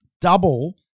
double